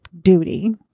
duty